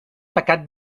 pecat